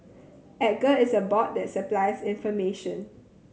Edgar is a bot that supplies information